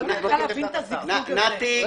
אתי,